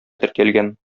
теркәлгән